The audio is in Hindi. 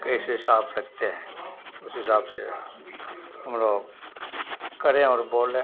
कैसे साफ रखते हैं उस हिसाब से हम लोग करें और बोलें